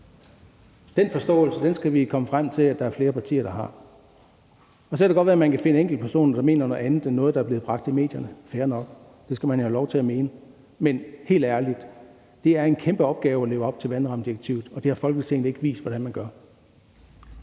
Den forståelse skal vi komme frem til at der er flere partier der har. Så kan det godt være, at man kan finde enkeltpersoner, der mener noget andet end noget, der er blevet bragt i medierne. Det er fair nok. Det skal man jo have lov til at mene. Men helt ærligt er det en kæmpe opgave at leve op til vandrammedirektivet, og det har Folketinget ikke vist hvordan man gør.